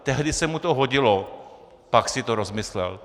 Tehdy se mu to hodilo, pak si to rozmyslel.